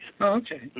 Okay